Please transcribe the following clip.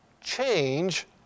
Change